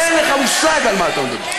אין לך מושג על מה אתה מדבר.